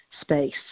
space